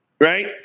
right